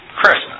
Christmas